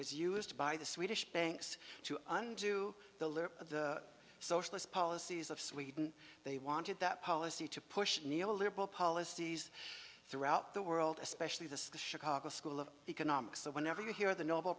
was used by the swedish banks to undo the little socialist policies of sweden they wanted that policy to push neoliberal policies throughout the world especially the chicago school of economics that whenever you hear the nobel